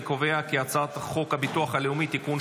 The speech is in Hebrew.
אני קובע כי הצעת חוק הביטוח הלאומי (תיקון,